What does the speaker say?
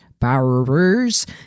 borrowers